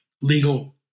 legal